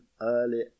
early